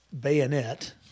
bayonet